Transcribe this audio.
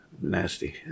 Nasty